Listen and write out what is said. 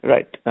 Right